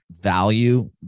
value